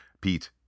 pete